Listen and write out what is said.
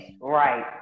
right